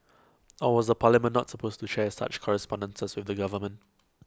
or was the parliament not supposed to share such correspondences with the government